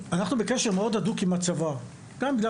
אנחנו בקשר מאוד הדוק עם הצבא גם בגלל